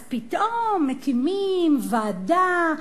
אז פתאום מקימים ועדה,